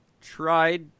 tried